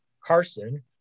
Carson